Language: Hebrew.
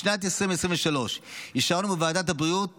בשנת 2023 אישרנו בוועדת הבריאות בראשותי,